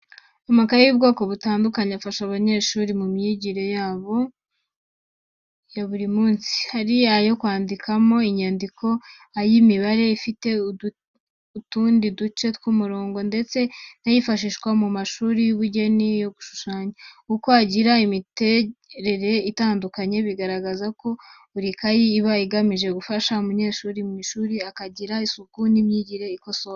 Amakayi y'ubwoko butandukanye afasha abanyeshuri mu myigire yabo ya buri munsi. Hari ayandikwamo inyandiko, ay’imibare afite utundi duce tw’umurongo, ndetse n’ayifashishwa mu mashuri y’ubugeni yo gushushanyamo. Uko agira imiterere itandukanye bigaragaza ko buri kayi iba igamije gufasha umunyeshuri mu ishuri akagira isuku n’imyigire ikosoye.